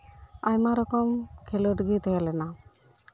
ᱛᱟᱨᱯᱚᱨᱮ ᱟᱭᱢᱟ ᱨᱚᱠᱚᱢ ᱠᱷᱮᱞᱳᱰ ᱜᱮ ᱛᱟᱦᱮᱸ ᱞᱮᱱᱟ